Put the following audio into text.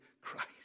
Christ